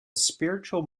spiritual